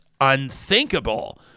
unthinkable